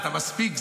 אתה מספיק זמן,